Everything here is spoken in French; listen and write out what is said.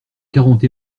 quarante